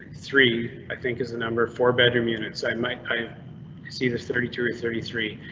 three, i think, is the number of four bedroom units i might i see this thirty two or thirty three.